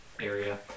area